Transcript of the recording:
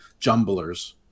jumblers